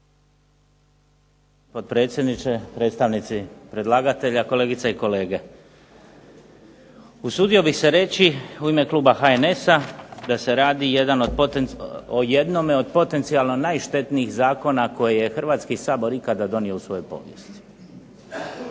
potpredsjedniče, predstavnici predlagatelja, kolegice i kolege. Usudio bih se reći u ime kluba HNS-a da se radi jedan od, o jednome od potencijalno najštetnijih zakona koje je Hrvatski sabor ikada donio u svojoj povijesti.